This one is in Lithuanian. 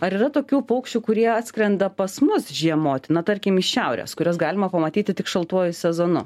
ar yra tokių paukščių kurie atskrenda pas mus žiemot na tarkim iš šiaurės kurias galima pamatyti tik šaltuoju sezonu